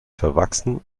verwachsen